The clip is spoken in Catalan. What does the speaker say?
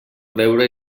veure